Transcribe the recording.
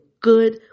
good